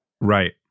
Right